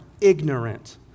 ignorant